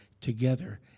together